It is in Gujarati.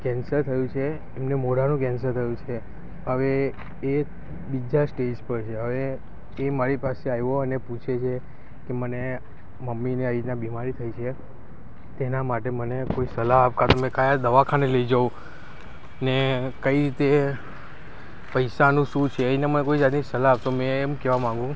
કેન્સર થયું છે એમને મોઢાનું કેન્સર થયું છે હવે એ બીજાં સ્ટેજ પર છે હવે એ મારી પાસે આવ્યો અને પૂછે છે કે મને મમ્મીને આવી રીતના બીમારી થઈ છે તેના માટે મને કોઈ સલાહ આપ કાં તો મેં કયાં દવાખાને લઈ જવું ને કઈ રીતે પૈસાનું શું છે ને તો મને કોઈ જાતની સલાહ આપ તો મેં એમ કહેવા માગું